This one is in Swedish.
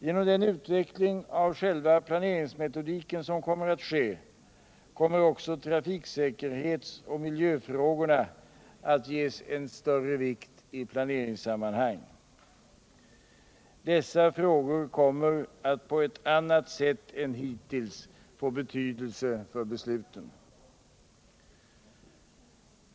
Genom den utveckling av själva planeringsmetodiken som kommer att ske, kommer också trafiksäkerhetsoch miljöfrågorna att ges större vikt i planeringssammanhang. Dessa frågor kommer att på ett annat sätt än hittills få betydelse i besluten.